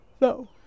No